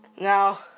Now